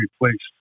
replaced